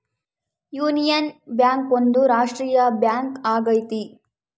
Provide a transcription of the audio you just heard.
union Bank ಒಂದು ರಾಷ್ಟ್ರೀಯ bank ಆಗೈತಿ